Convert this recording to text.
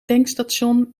tankstation